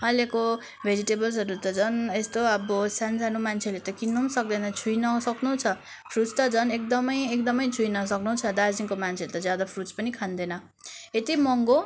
अहिलेको भेजिटेबल्सहरू त झन् यस्तो अब सानसानो मान्छेले त किन्नु पनि सक्दैन छोई नसक्नु छ फ्रुट्स त झन् एकदमै एकदमै छोई नसक्नु छ दार्जिलिङको मान्छेहरूले त ज्यादा फ्रुट्स पनि खाँदैन यति महँगो